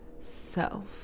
self